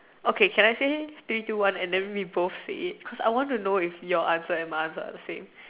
okay can I say three two one and then we both say it cause I want to know if your answer and my answer are both the same